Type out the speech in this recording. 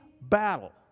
battle